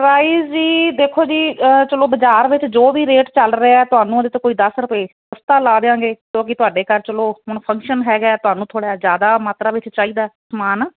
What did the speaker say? price ਜੀ ਦੇਖੋ ਜੀ ਚਲੋ ਬਾਜ਼ਾਰ ਵਿੱਚ ਜੋ ਵੀ ਰੇਟ ਚੱਲ ਰਿਹਾ ਤੁਹਾਨੂੰ ਕੋਈ ਦਸ ਰੁਪਏ ਲਾ ਦਿਆਂਗੇ ਕਿਉਂਕਿ ਤੁਹਾਡੇ ਘਰ ਚਲੋ ਹੁਣ ਫੰਕਸ਼ਨ ਹੈਗਾ ਤੁਹਾਨੂੰ ਥੋੜਾ ਜਿਆਦਾ ਮਾਤਰਾ ਵਿੱਚ ਚਾਹੀਦਾ ਸਮਾਨ